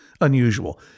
unusual